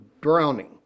drowning